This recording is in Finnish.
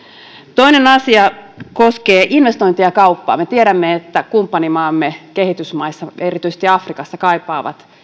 toinen asia koskee investointeja ja kauppaa me tiedämme että kumppanimaamme kehitysmaissa erityisesti afrikassa kaipaavat